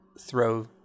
throw